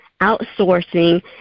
outsourcing